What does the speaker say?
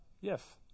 yes